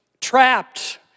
trapped